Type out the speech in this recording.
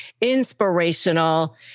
inspirational